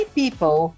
people